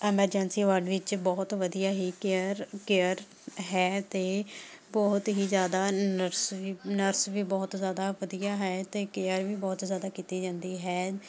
emergency ward ਵਿੱਚ ਬਹੁਤ ਵਧੀਆ ਹੀ ਕੇਅਰ ਕੇਅਰ ਹੈ ਅਤੇ ਬਹੁਤ ਹੀ ਜ਼ਿਆਦਾ ਨਰਸ ਵੀ ਨਰਸ ਵੀ ਬਹੁਤ ਜ਼ਿਆਦਾ ਵਧੀਆ ਹੈ ਅਤੇ ਕੇਅਰ ਵੀ ਬਹੁਤ ਜ਼ਿਆਦਾ ਕੀਤੀ ਜਾਂਦੀ ਹੈ